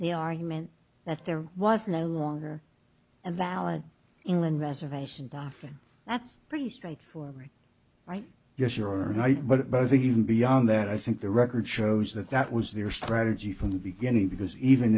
the argument that there was no longer a valid england reservation doffing that's pretty straightforward right yes you're right but i think even beyond that i think the record shows that that was their strategy from the beginning because even